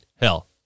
hell